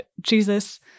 Jesus